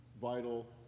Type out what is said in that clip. vital